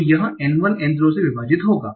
तो यह N1 N0 से विभाजित होगा